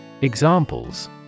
Examples